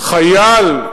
חייל,